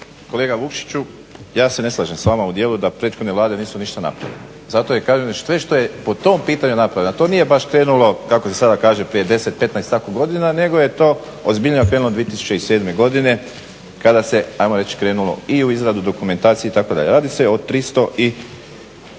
Kolega Vukšiću, ja se ne slažem sa vama u dijelu da prethodne vlade nisu ništa napravile. Zato i kažem sve što je po tom pitanju napravljeno a to nije baš krenulo kako se sada kaže prije 10, 15 i tako godina nego je to ozbiljnije krenulo 2007. godine kada se hajmo reć krenulo i u izradu dokumentacije itd. Radi se o 300 i